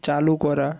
চালু করা